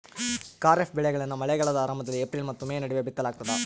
ಖಾರಿಫ್ ಬೆಳೆಗಳನ್ನ ಮಳೆಗಾಲದ ಆರಂಭದಲ್ಲಿ ಏಪ್ರಿಲ್ ಮತ್ತು ಮೇ ನಡುವೆ ಬಿತ್ತಲಾಗ್ತದ